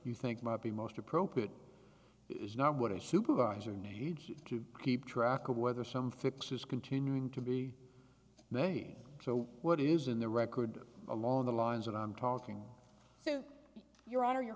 you think might be most appropriate is not what a supervisor needs to keep track of whether some fix is continuing to be made so what is in the record along the lines of i'm talking so your honor you're